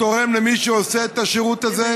תורם למי שעושה את השירות הזה,